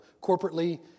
corporately